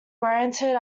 granted